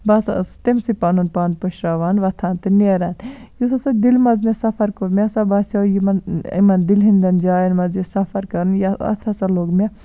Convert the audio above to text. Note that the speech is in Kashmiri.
بہٕ سا ٲسٕس تٔمۍ سٕے پَنُن پان پشراوان وۄتھان تہٕ نیران یُس ہسا دِلہِ منٛز مےٚ سَفر کوٚر مےٚ ہسا باسیو یِمن یِمن دِلہِ ہِندین جاین منٛز یہِ سَفر کَرُن یا اَتھ ہسا لوٚگ مےٚ